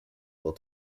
will